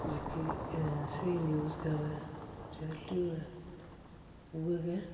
जेह्की ऐसी न्यूज गै होवे रियालटी होऐ उऐ